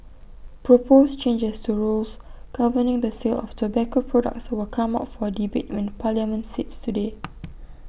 proposed changes to rules governing the sale of tobacco products will come up for debate when parliament sits today